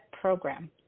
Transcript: program